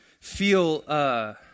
feel